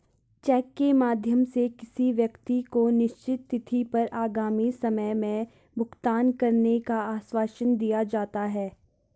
check के माध्यम से किसी व्यक्ति को निश्चित तिथि पर आगामी समय में भुगतान करने का आश्वासन दिया जा सकता है